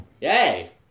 Yay